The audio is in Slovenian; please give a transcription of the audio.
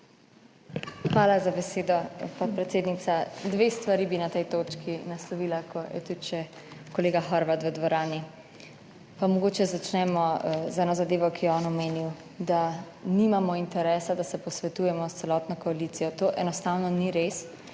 Hvala za besedo, podpredsednica. Dve stvari bi na tej točki naslovila, ko je tudi še kolega Horvat v dvorani. Pa mogoče začnemo z eno zadevo, ki jo je on omenil, da nimamo interesa, da se posvetujemo s celotno koalicijo. To enostavno ni res